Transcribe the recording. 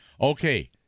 Okay